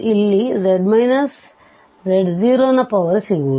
ಇಲ್ಲಿ z z0ನ power ಸಿಗುವುದು